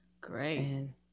Great